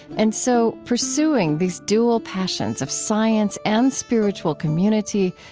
and so, pursuing these dual passions of science and spiritual community,